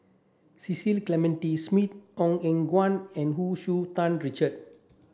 Cecil Clementi Smith Ong Eng Guan and Hu Tsu Tau Richard